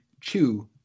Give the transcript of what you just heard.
Chew